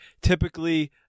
Typically